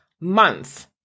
month